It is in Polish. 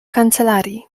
kancelarii